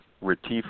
Retief